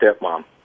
stepmom